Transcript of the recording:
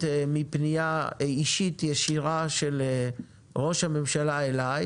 מפניה אישית ישירה של ראש הממשלה אליי